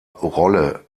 rolle